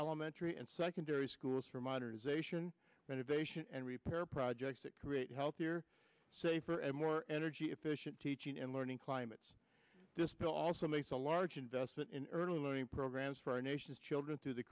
elementary and secondary schools for modernization innovation and repair projects to create healthier safer and more energy efficient teaching and learning climates this bill also makes a large investment in early learning programs for our nation's children through the